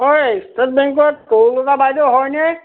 ঐ ষ্টেট বেংকৰ তৰুলতা বাইদেউ হয়নে